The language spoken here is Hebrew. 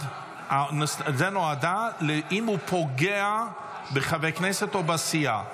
נועדה אם הוא פוגע בחברי כנסת או בסיעה.